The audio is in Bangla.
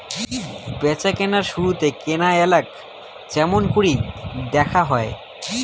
ব্যাচাকেনার শুরুতেই কেনাইয়ালাক য্যামুনকরি দ্যাখা হয়